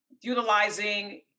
utilizing